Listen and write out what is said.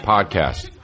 Podcast